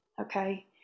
okay